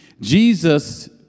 Jesus